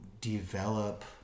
develop